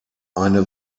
eine